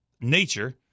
nature